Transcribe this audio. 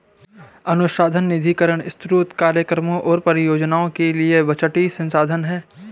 अनुसंधान निधीकरण स्रोत कार्यक्रमों और परियोजनाओं के लिए बजटीय संसाधन है